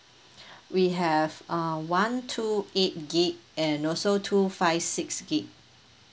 we have uh one two eight gig and also two five six gig